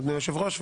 אדוני היושב-ראש,